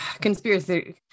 conspiracy